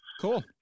Cool